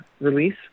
release